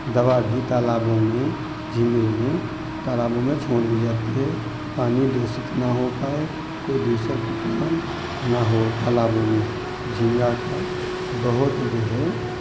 दवा भी तालाबों में झींगे में तालाबों में छोड़ दी जाती है पानी दूषित ना हो पाए कोई दूसरा कीटाणु ना हो तालाबों में झींगा का बहुत जो है